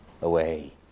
away